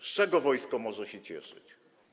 Z czego wojsko może się cieszyć?